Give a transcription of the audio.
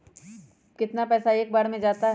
कितना पैसा एक बार में जाता है?